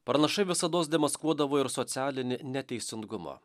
pranašai visados demaskuodavo ir socialinį neteisingumą